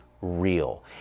real